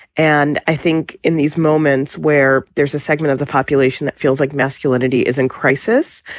and i think in these moments where there's a segment of the population that feels like masculinity is in crisis,